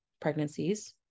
pregnancies